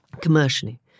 commercially